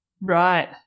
Right